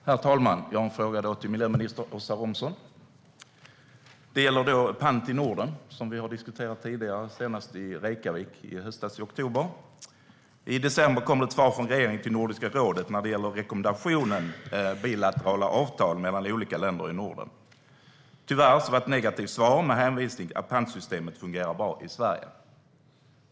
Herr talman! Jag har en fråga till miljöminister Åsa Romson. Det gäller pant i Norden som vi har diskuterat tidigare, senast i Reykjavik i oktober i höstas. I december kom det ett svar från regeringen till Nordiska rådet när det gäller rekommendationen om bilaterala avtal mellan olika länder i Norden. Tyvärr var det ett negativt svar med hänvisning till att pantsystemet fungerar bra i Sverige.